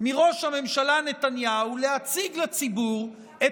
מראש הממשלה נתניהו להציג לציבור את